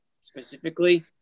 specifically